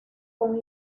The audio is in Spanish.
con